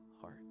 heart